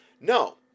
No